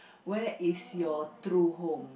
where is your true home